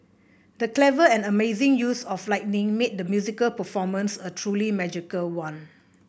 the clever and amazing use of lighting made the musical performance a truly magical one